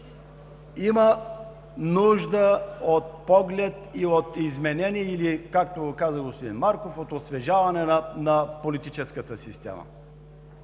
има нужда от поглед и от изменение, или както го каза господин Марков: от „освежаване на политическата система“.